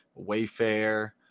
wayfair